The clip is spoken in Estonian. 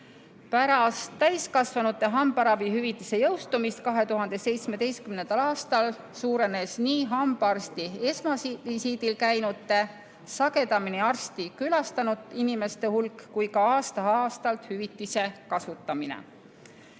Pärast täiskasvanute hambaravihüvitise jõustumist 2017. aastal suurenes nii hambaarsti esmasel visiidil käinute kui ka sagedamini arsti külastanud inimeste hulk ja aasta-aastalt hüvitise kasutamine.